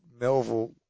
Melville